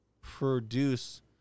produce